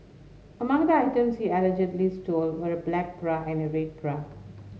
among the items he allegedly stole were a black bra and a red bra